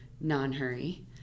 non-hurry